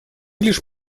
лишь